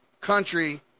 country